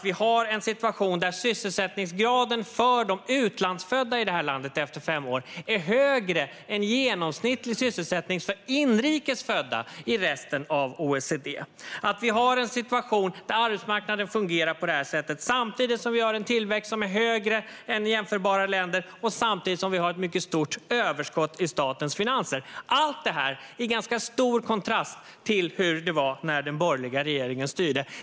Vi har en situation där sysselsättningsgraden för de utlandsfödda i detta land efter fem år är högre än den genomsnittliga sysselsättningen för inrikes födda i resten av OECD. Vi har en situation där arbetsmarknaden fungerar på detta sätt, samtidigt som vi har en tillväxt som är högre än i jämförbara länder och ett mycket stort överskott i statens finanser. Allt detta står i stor kontrast till hur det var när den borgerliga regeringen styrde.